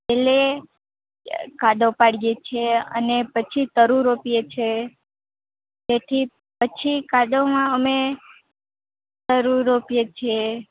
એટલે કાદવ પાડીએ છીએ અને પછી તરૂ રોપીએ છીએ તેથી પછી કાદવમાં અમે તરૂ રોપીએ છીએ